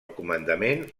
comandament